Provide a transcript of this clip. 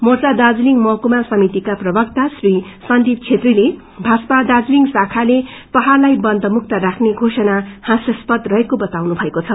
मोर्चा दार्जीलिङ महकुमा समितिका प्रवक्ता श्री सन्दीप छेत्रीले भाजपा दार्जीलिङ शाखाले पहाड़लाई बन्द मुक्त राख्ने घोषणा हास्यपद रहेको बताउनु भएको छ